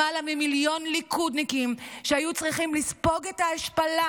למעלה ממיליון ליכודניקים שהיו צריכים לספוג את ההשפלה